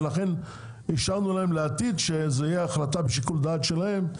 ולכן אישרנו להם שלעתיד זה יהיה החלטה בשיקול דעת שלהם,